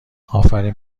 آفرین